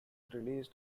released